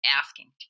asking